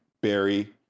Barry